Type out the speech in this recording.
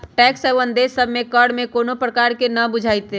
tax haven देश सभ में कर में कोनो प्रकारे न बुझाइत